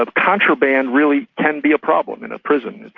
ah contraband really can be a problem in a prison,